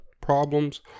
problems